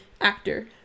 actor